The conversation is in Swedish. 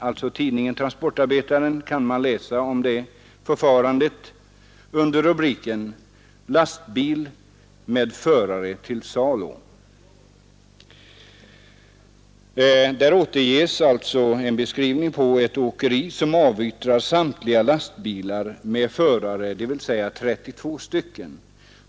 I tidningen Transportarbetaren kan man läsa om ett sådant förfarande under rubriken Lastbil med förare till salu. Där återges en beskrivning på ett åkeri, som avyttrat samtliga lastbilar med förare, dvs. 32 stycken.